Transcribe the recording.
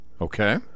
Okay